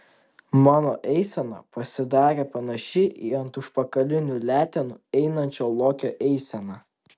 mano eisena pasidarė panaši į ant užpakalinių letenų einančio lokio eiseną